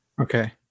Okay